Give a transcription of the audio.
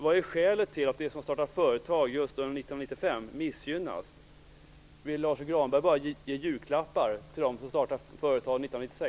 Vad är skälet till att de som startar företag under just 1995 missgynnas? Vill Lars U Granberg bara ge julklappar till dem som startar företag 1996?